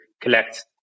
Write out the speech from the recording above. collect